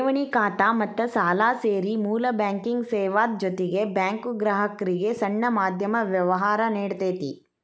ಠೆವಣಿ ಖಾತಾ ಮತ್ತ ಸಾಲಾ ಸೇರಿ ಮೂಲ ಬ್ಯಾಂಕಿಂಗ್ ಸೇವಾದ್ ಜೊತಿಗೆ ಬ್ಯಾಂಕು ಗ್ರಾಹಕ್ರಿಗೆ ಸಣ್ಣ ಮಧ್ಯಮ ವ್ಯವ್ಹಾರಾ ನೇಡ್ತತಿ